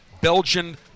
Belgian